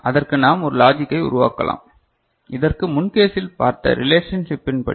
அதற்கு நாம் ஒரு லாஜிக்கை உருவாக்கலாம் இதற்கு முன் கேஸில் பார்த்த ரிலேஷன்ஷிப்பின் படி